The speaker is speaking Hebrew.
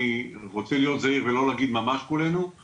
אני רוצה להיות זהיר ולא להגיד ממש כולנו,